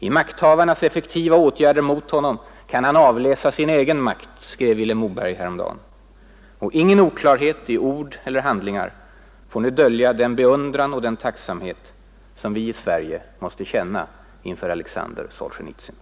”I makthavarnas effektiva åtgärder emot honom kan han avläsa sin egen makt”, skrev Vilhelm Moberg häromdagen. Ingen oklarhet i ord och handlingar får nu dölja den beundran och den tacksamhet som vi i Sverige måste känna inför Alexander Solzjenitsyn.